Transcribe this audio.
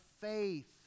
faith